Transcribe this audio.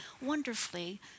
wonderfully